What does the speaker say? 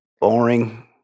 boring